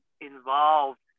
involved